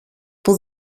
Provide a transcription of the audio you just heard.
που